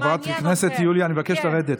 חברת הכנסת יוליה, אני מבקש לרדת.